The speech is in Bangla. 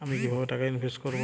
আমি কিভাবে টাকা ইনভেস্ট করব?